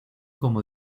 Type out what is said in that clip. como